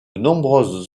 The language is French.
nombreuses